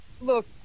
look